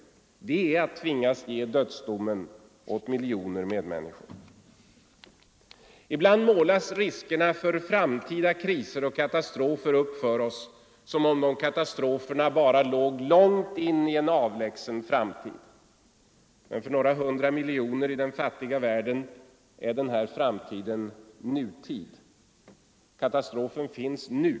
Det är att tvingas ge dödsdomen åt miljoner medmänniskor. Ibland målas riskerna för framtida kriser och katastrofer upp för oss som om de katastroferna låg långt in i en avlägsen framtid. Men för några hundra miljoner i den fattiga världen är denna framtid nutid. Katastrofen finns nu.